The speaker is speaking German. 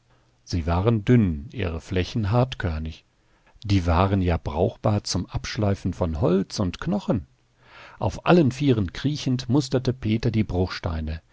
sie waren dünn ihre flächen hartkörnig die waren ja brauchbar zum abschleifen von holz und knochen auf allen vieren kriechend musterte peter die